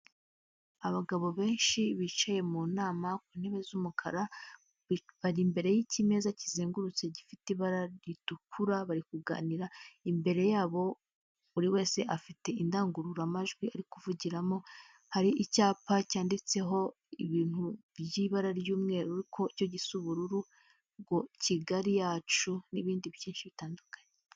abagabo benshi bicaye mu nama ku ntebe z'umukara bari imbere yikimeza kizengurutse gifite ibara ritukura bari kuganira imbere yabo buri wese afite indangururamajwi ari kuvugiramo hari icyapa cyanditseho ibintu by'ibara ry'umweru cyo gisa ubururu ngo kigali yacu n'ibindi byinshi bitandukanye.